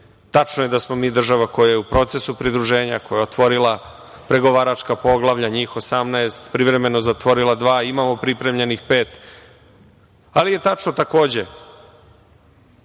tačno je da smo mi država koja je u procesu pridruženja, koja je otvorila pregovaračka poglavlja, njih 18, privremeno zatvorila dva, imamo pripremljenih pet, ali je tačno takođe